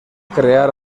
crear